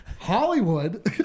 Hollywood